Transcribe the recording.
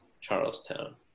Charlestown